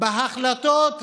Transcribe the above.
בהחלטות הפזיזות,